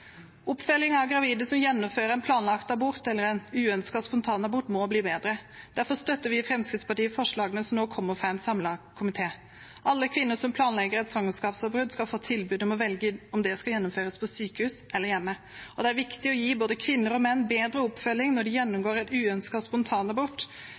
av gravide som gjennomfører en planlagt abort eller en uønsket spontanabort, må bli bedre. Derfor støtter vi i Fremskrittspartiet forslagene som nå kommer fra en samlet komité. Alle kvinner som planlegger et svangerskapsavbrudd, skal få tilbud om å velge om det skal gjennomføres på sykehus eller i hjemmet. Og det er viktig å gi både kvinner og menn bedre oppfølging når de